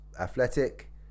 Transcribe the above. Athletic